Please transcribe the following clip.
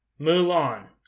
Mulan